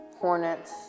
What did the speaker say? Hornets